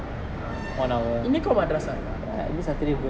இன்னிக்கும்:innikum madrasah இருக்கா:iukka